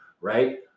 Right